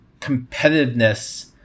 competitiveness